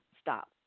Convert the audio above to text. Stop